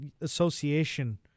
association